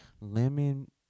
Lemon